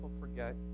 forget